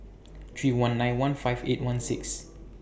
three one nine one five eight one six